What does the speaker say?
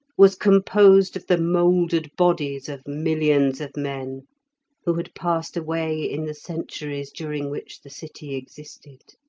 was composed of the mouldered bodies of millions of men who had passed away in the centuries during which the city existed.